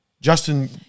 Justin